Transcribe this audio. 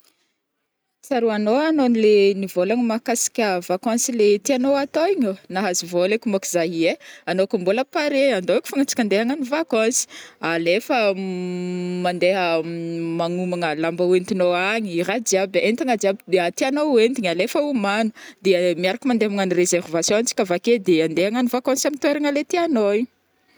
Tsaroanô anô le nivôlagna mahakasika vacance le tianô atao igny ô? Nahazo vôla aiky monko za iai anô koa mbôla paré andao aiky fogna antsika ande agnano vacance, alefa mandeha magnomagna lamba oentinao any ra jiaby ai, entagna jiaby de tianô entigna alefa homano de miaraka mande magnagno résérvation tsika avake de andeha agnano vacance am toeragna le tianô igny.